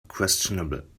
questionable